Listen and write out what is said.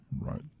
Right